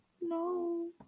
No